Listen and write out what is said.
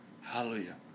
Hallelujah